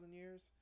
years